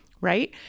right